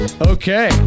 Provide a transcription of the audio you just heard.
Okay